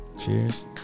Cheers